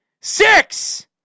Six